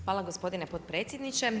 Hvala gospodine potpredsjedniče.